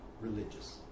religious